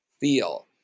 feel